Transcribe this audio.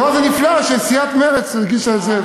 לא, זה נפלא שסיעת מרצ הגישה את זה.